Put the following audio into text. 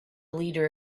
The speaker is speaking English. leader